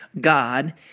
God